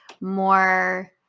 more